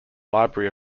library